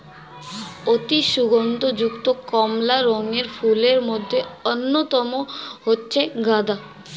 অতি সুগন্ধ যুক্ত কমলা রঙের ফুলের মধ্যে অন্যতম হচ্ছে গাঁদা